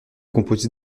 composée